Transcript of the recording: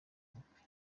ubukwe